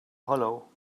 hollow